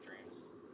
dreams